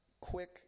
quick